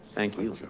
thank you.